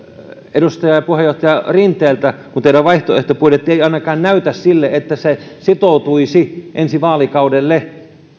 edustaja puheenjohtaja rinteeltä kun teidän vaihtoehtobudjettinne ei ainakaan näytä siltä että se sitoutuisi ensi vaalikaudelle